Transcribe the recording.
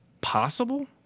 possible